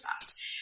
fast